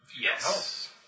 Yes